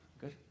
Good